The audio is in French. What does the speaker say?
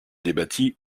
débattit